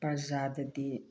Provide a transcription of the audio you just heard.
ꯄ꯭ꯔꯖꯥꯗꯗꯤ